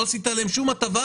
לא תיתן להם שום הטבה,